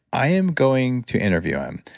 i am going to interview him.